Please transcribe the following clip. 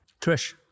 Trish